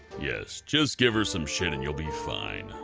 yes, just give her some shit and you'll be fine.